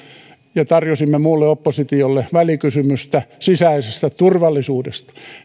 ja tarjosimme muulle oppositiolle välikysymystä sisäisestä turvallisuudesta